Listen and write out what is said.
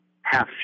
half